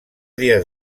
dies